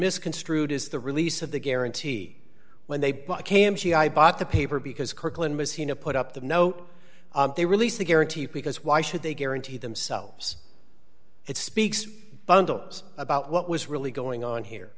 misconstrued is the release of the guarantee when they came she i bought the paper because kirkland messina put up the note they released the guarantee because why should they guarantee themselves it speaks bundles about what was really going on here